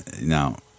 Now